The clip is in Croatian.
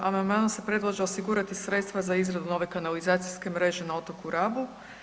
Amandmanom se predlaže osigurati sredstva za izradu nove kanalizacijske mreže na otoku Rabu.